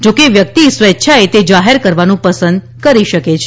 જો કે વ્યક્તિ સ્વેચ્છાએ તે જાહેર કરવાનું પસંદ કરી શકે છે